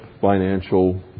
financial